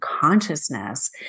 consciousness